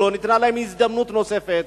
לא ניתנה להן הזדמנות נוספת.